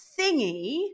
thingy